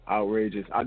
Outrageous